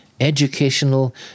educational